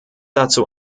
dazu